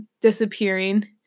disappearing